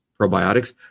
probiotics